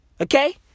okay